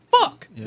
fuck